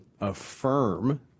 affirm